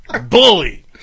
Bully